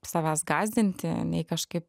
savęs gąsdinti nei kažkaip